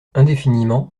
indéfiniment